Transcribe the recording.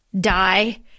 die